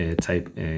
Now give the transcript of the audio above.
type